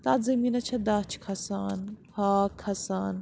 تَتھ زٔمیٖنَس چھےٚ دَچھ کھَسان ہاکھ کھَسان